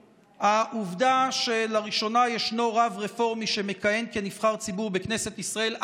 העובדה שלראשונה יש רב רפורמי שמכהן כנבחר ציבור בכנסת ישראל,